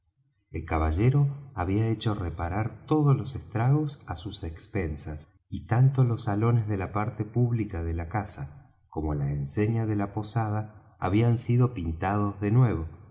el caballero había hecho reparar todos los estragos á sus expensas y tanto los salones de la parte pública de la casa como la enseña de la posada habían sido pintados de nuevo